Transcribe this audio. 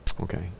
Okay